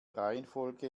reihenfolge